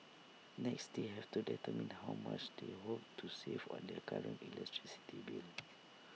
next they have to determine how much they hope to save on their current electricity bill